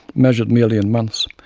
measured merely in months,